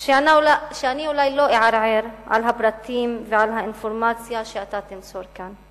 שאני אולי לא אערער על הפרטים ועל האינפורמציה שאתה תמסור כאן,